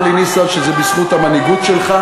נאמר לי, ניסן, שזה בזכות המנהיגות שלך.